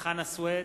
חנא סוייד,